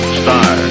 star